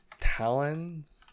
Talons